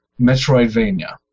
Metroidvania